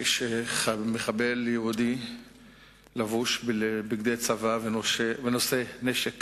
כשמחבל יהודי לבוש בבגדי צבא ונושא נשק